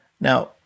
Now